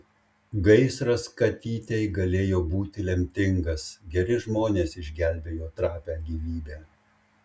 gaisras katytei galėjo būti lemtingas geri žmonės išgelbėjo trapią gyvybę